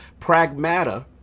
Pragmata